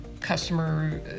customer